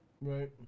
Right